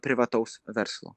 privataus verslo